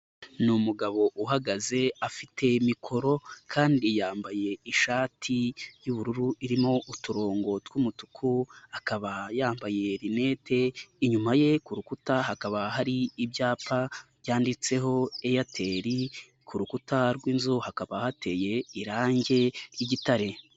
Ni umugabo uhagaze afite mikoro kandi yambaye ishati y'ubururu irimo uturongo tw'umutuku, akaba yambaye rinete inyuma ye ku rukuta hakaba hari ibyapa byanditseho Airtel ku rukuta rw'inzu, hakaba hateye irangi y'gitare.